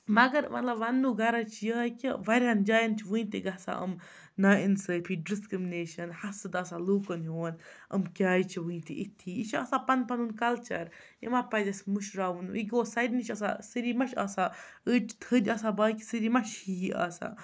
مگر مطلب وَننُک غرٕض چھِ یِہٕے کہِ واریَہَن جایَن چھِ وٕنہِ تہِ گژھان یِم نااِنصٲفی ڈِرٛسکرٛمنیشَن حسٕد آسان لُکَن ہُنٛد یِم کیٛازِ چھِ وٕنہِ تہِ اِتھی یہِ چھِ آسان پَنُن پَنُن کَلچَر یہِ ما پَزِ اَسہِ مُشراوُن یہِ گوٚو سارنٕے چھِ آسان سٲری ما چھِ آسان أڑۍ چھِ تھٔدۍ آسان باقٕے سٲری ما چھِ ہِہی آسان